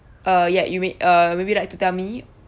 uh ya you may uh maybe like to tell me